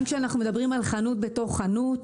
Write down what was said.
גם כשאנחנו מדברים על חנות בתוך חנות,